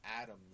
atoms